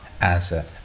answer